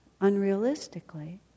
unrealistically